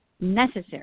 necessary